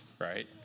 right